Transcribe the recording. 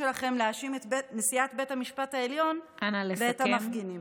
שלכם להאשים את נשיאת בית המשפט העליון ואת המפגינים.